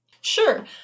Sure